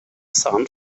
sun